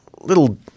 little